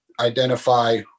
identify